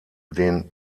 den